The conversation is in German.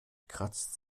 kratzt